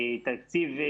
התקציבים